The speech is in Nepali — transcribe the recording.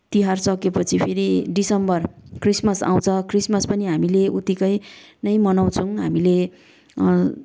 तिहार सकेपछि फेरि डिसम्बर क्रिसमस आउँछ क्रिसमस पनि हामीले उत्तिकै नै मनाउँछौँ हामीले